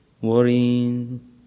worrying